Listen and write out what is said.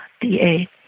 D-A